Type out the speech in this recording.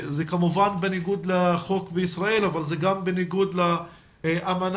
זה כמובן בניגוד לחוק בישראל אבל זה גם בניגוד לאמנה